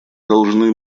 должны